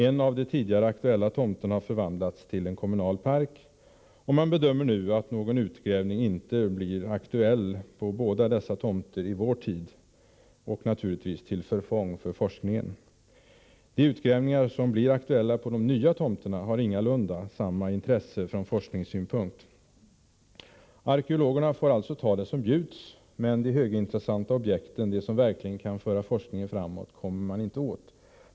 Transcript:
En av de tidigare aktuella tomterna har förvandlats till kommunal park, och man bedömer nu att någon utgrävning på de båda tomterna inte kommer att bli aktuell i vår tid, vilket naturligtvis är till förfång för forskningen. De utgrävningar som blir aktuella på de nya tomterna har ingalunda samma intresse från forskningssynpunkt. Arkeologerna får alltså ta det som bjuds, och de högintressanta objekten — de som verkligen kan föra forskningen framåt — kommer man inte åt.